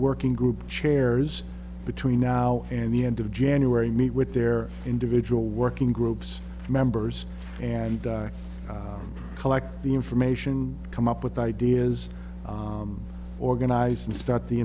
working group chairs between now and the end of january meet with their individual working groups members and collect the information come up with ideas organize and start the